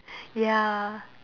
ya